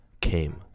came